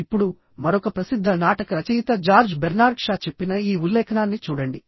ఇప్పుడు మరొక ప్రసిద్ధ నాటక రచయిత జార్జ్ బెర్నార్డ్ షా చెప్పిన ఈ ఉల్లేఖనాన్ని చూడండి